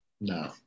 No